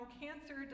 cancer